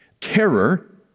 Terror